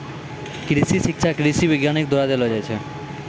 कृषि शिक्षा कृषि वैज्ञानिक द्वारा देलो जाय छै